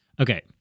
Okay